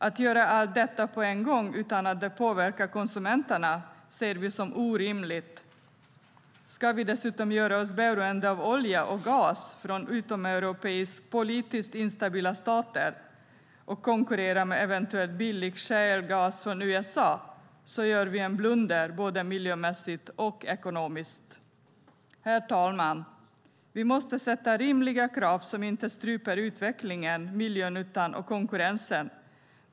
Att göra allt detta på en gång utan det påverkar konsumenterna ser vi som orimligt. Ska vi dessutom göra oss beroende av olja och gas från utomeuropeiskt politiskt instabila stater och konkurrera med eventuell billig skiffergas från USA gör vi en blunder både miljömässigt och ekonomiskt. Herr talman! Vi måste ställa rimliga krav som inte stryper utvecklingen, miljönyttan och konkurrensen.